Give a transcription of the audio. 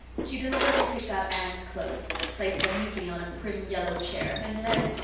she deliberately picked up anne's clothes, placed them neatly on a prim yellow chair, and then,